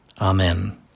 amen